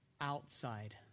outside